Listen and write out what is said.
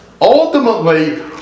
Ultimately